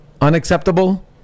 unacceptable